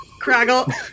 Craggle